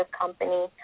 company